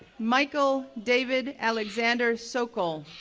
michael david alexander sockol,